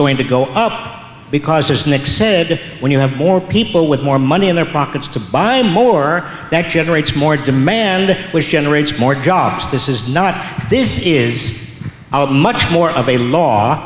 going to go up because there's nick said when you have more people with more money in their pockets to buy more that generates more demand which generates more jobs this is not this is out much more of a law